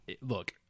look